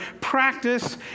practice